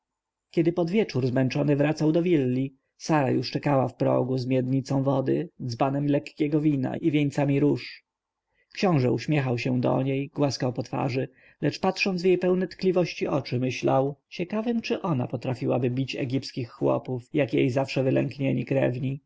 kiedy pod wieczór zmęczony wracał do willi sara już czekała w progu z miednicą wody dzbanem lekkiego wina i wieńcami róż książę uśmiechał się do niej głaskał po twarzy lecz patrząc w jej pełne tkliwości oczy myślał ciekawym czy ona potrafiłaby bić egipskich chłopów jak jej zawsze wylęknieni krewni